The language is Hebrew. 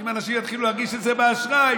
אם אנשים יתחילו להרגיש את זה באשראי,